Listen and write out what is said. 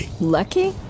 Lucky